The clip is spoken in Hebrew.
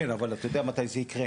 כן, אבל אתה יודע מתי זה יקרה.